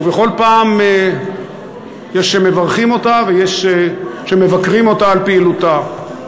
ובכל פעם יש שמברכים אותה ויש שמבקרים אותה על פעילותה.